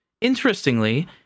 Interestingly